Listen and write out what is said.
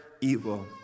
evil